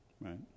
Right